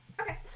Okay